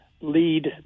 LEAD